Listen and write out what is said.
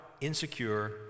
insecure